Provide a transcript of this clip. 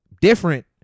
Different